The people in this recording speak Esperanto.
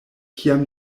kiam